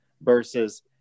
versus